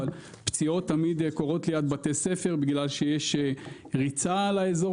אבל פציעות תמיד קורות ליד בתי ספר בגלל שיש ריצה לאזור